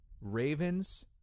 Ravens